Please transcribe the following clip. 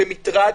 כמטרד,